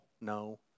No